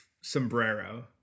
sombrero